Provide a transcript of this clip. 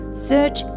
Search